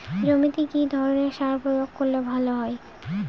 জমিতে কি ধরনের সার প্রয়োগ করলে ভালো হয়?